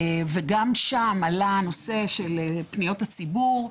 וגם שם עלה הנושא של פניות הציבור,